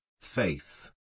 faith